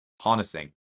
harnessing